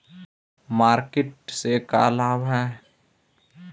Market से का लाभ है?